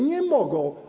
Nie mogą.